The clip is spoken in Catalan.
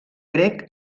grec